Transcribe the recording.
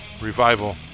Revival